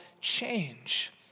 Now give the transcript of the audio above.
change